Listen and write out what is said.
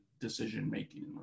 decision-making